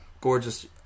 gorgeous